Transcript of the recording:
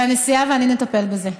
והנשיאה ואני נטפל בזה.